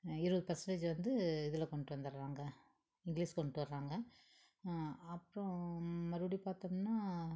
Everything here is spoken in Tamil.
இருபது பர்சென்ட்டேஜ் வந்து இதில் கொண்டு வந்தடுறாங்க இங்கிலீஷ் கொண்டு வர்றாங்க அப்புறம் மறுபடி பார்த்தோம்னா